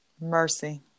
Mercy